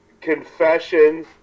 confession